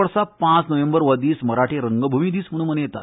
दर वर्सा पांच नोव्हेंबर हो दीस मराठी रंगभूंय दीस म्हणून मनयतात